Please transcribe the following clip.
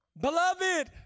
Beloved